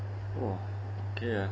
!wah! okay ah